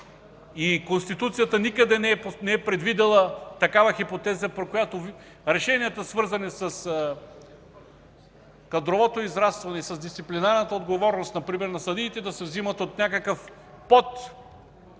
Конституцията никъде не е предвидила такава хипотеза, при която решенията, свързани с кадровото израстване и с дисциплинарната отговорност, например на съдиите, да се вземат от някакъв